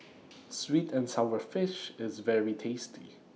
Sweet and Sour Fish IS very tasty